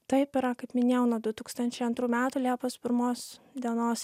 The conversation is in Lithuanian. taip yra kaip minėjau nuo du tūkstančiai antrų metų liepos pirmos dienos